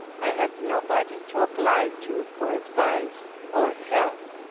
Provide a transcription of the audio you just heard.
i had nobody to apply to for advice or help